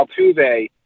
Altuve